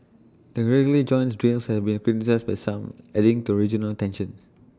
the regular joint drills have been criticised by some adding to regional tensions